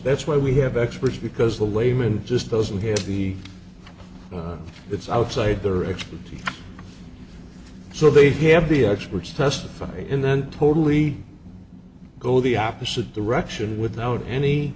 that's why we have experts because the layman just doesn't have the it's outside their expertise so they have the experts testify in the end totally go the opposite direction without any